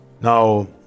Now